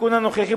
בתיקון הנוכחי,